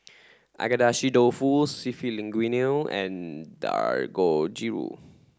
Agedashi Dofu Seafood Linguine and Dangojiru